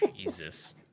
jesus